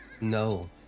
No